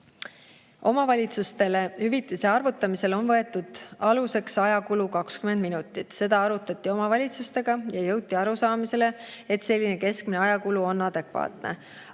Omavalitsustele hüvitise arvutamisel on võetud aluseks ajakulu 20 minutit. Seda arutati omavalitsustega ja jõuti arusaamisele, et selline keskmine ajakulu on adekvaatne.